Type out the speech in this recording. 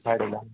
झाडे लाव